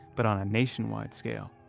but on a nationwide scale.